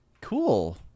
Cool